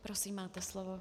Prosím, máte slovo.